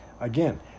again